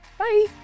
Bye